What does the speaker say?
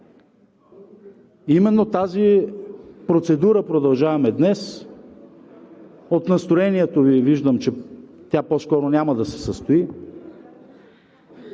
именно тази процедура продължаваме днес. От настроението Ви виждам, че тя по-скоро няма да се състои,